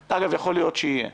אגב, יכול להיות שיהיה.